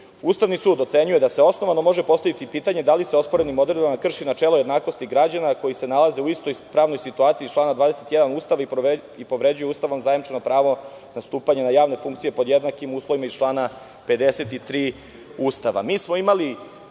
Ustavni sud ocenjuje da se osnovano može postaviti pitanje da li se osporenim odredbama krši načelo jednakosti građana koji se nalaze u istoj pravnoj situaciji iz člana 21. Ustava i povređuju Ustavom zajemčeno pravo na stupanja na javne funkcije pod jednakim uslovima iz člana 53.